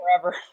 forever